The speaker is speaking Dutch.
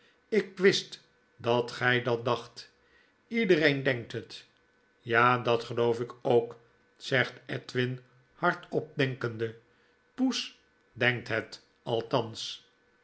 ik wist dat gy dat dacht ledereen denkt het ja dat geloof ik ook zegt edwin hardop denkende poes denkt het